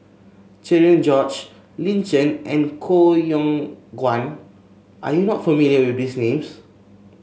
Cherian George Lin Chen and Koh Yong Guan are you not familiar with these names